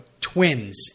twins